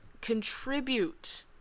contribute